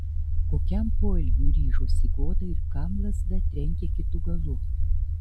kokiam poelgiui ryžosi goda ir kam lazda trenkė kitu galu